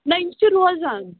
نہ یہِ چھِ روزان